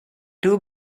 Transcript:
two